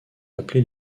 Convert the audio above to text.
appelés